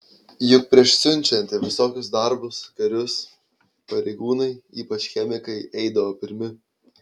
juk prieš siunčiant į visokius darbus karius pareigūnai ypač chemikai eidavo pirmi